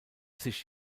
sich